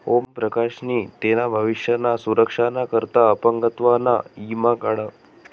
ओम प्रकाश नी तेना भविष्य ना सुरक्षा ना करता अपंगत्व ना ईमा काढा